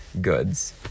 goods